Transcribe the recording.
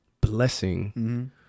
blessing